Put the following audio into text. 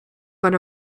but